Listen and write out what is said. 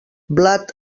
blat